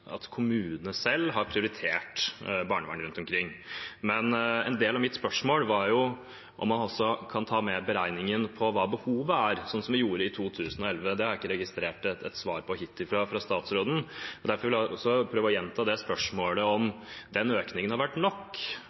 prioritert barnevernet rundt omkring. Men en del av mitt spørsmål var jo om man også kan ta med i beregningen hva behovet er, slik vi gjorde i 2011. Det har jeg ikke registrert svar på fra statsråden hittil. Derfor vil jeg prøve å gjenta spørsmålet om hvorvidt den økningen har vært nok